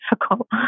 difficult